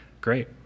great